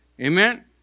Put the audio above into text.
Amen